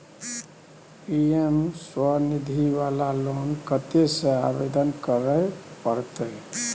PM Svanidhi वाला loan कत्ते से आवेदन करे परतै?